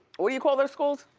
what do you call those schools?